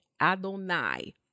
Adonai